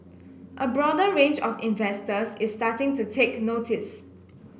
a broader range of investors is starting to take notice